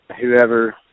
whoever